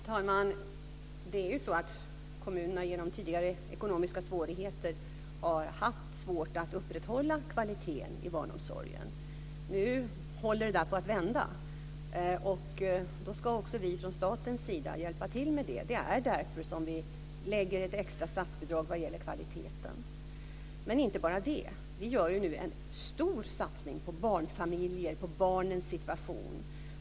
Fru talman! Det är så att kommunerna genom tidigare ekonomiska svårigheter har haft svårt att upprätthålla kvaliteten i barnomsorgen. Nu håller det på att vända. Då ska också vi från statens sida hjälpa till med det. Det är därför vi lämnar ett extra statsbidrag vad gäller kvaliteten. Men det är inte bara det. Vi gör nu en stor satsning på barnfamiljer och på barnens situation.